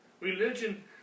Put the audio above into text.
Religion